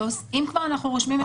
אם כבר אנחנו רושמים את רישום.